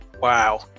wow